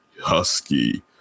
Husky